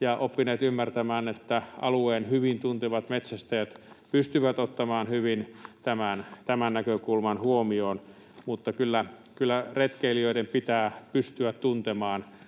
ja oppineet ymmärtämään, että alueen hyvin tuntevat metsästäjät pystyvät ottamaan hyvin tämän näkökulman huomioon, mutta kyllä retkeilijöiden pitää pystyä tuntemaan